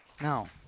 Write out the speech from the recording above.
Now